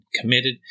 committed